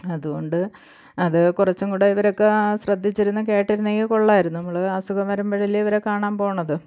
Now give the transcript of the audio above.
അതുകൊണ്ട് അത് കുറച്ചും കൂടെ ഇവരൊക്കെ ശ്രദ്ധിച്ചിരുന്നു കേട്ടിരുന്നെങ്കിൽ കൊള്ളാമായിരുന്നു നമ്മൾ അസുഖം വരുമ്പോഴല്ലേ ഇവരെ കാണാൻ പോണത്